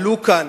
עלה כאן